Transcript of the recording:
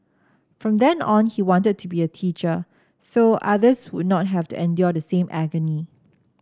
from then on he wanted to be a teacher so others would not have to endure the same agony